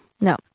No